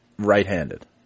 right-handed